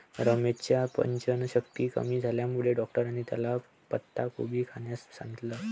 रमेशच्या पचनशक्ती कमी झाल्यामुळे डॉक्टरांनी त्याला पत्ताकोबी खाण्यास सांगितलं